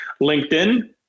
LinkedIn